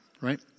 right